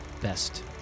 Best